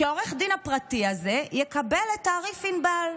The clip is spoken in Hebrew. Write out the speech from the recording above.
ועורך הדין הפרטי הזה יקבל את תעריף ענבל.